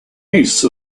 niece